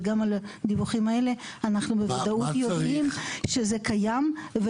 וגם על-פי הדיווחים האלה אנחנו בוודאות יודעים שזה קיים.